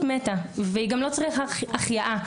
והיא גם לא צריכה החייאה,